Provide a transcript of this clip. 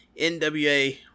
NWA